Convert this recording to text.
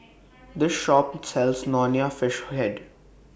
This Shop sells Nonya Fish Head